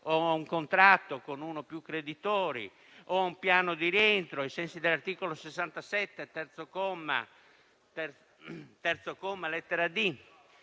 ad un contratto con uno o più creditori o ad un piano di rientro, ai sensi dell'articolo 67, terzo comma, lettera